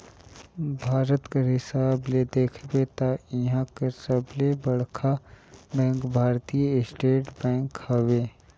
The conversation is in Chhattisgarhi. भारत कर हिसाब ले देखबे ता इहां कर सबले बड़खा बेंक भारतीय स्टेट बेंक हवे